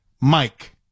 Mike